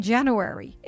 January